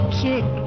kick